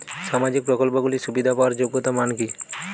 সামাজিক প্রকল্পগুলি সুবিধা পাওয়ার যোগ্যতা মান কি?